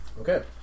Okay